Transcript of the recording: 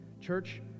church